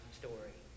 story